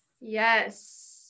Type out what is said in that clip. Yes